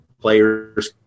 players